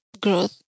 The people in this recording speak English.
Growth